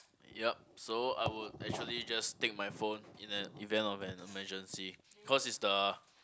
yup so I would actually just take my phone in the event of an emergency cause it's the